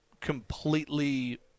completely